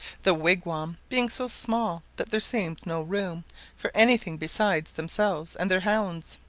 the wigwam being so small that there seemed no room for any thing besides themselves and their hounds.